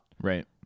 right